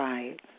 Right